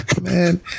Man